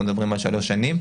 אנחנו מדברים על 3 שנים,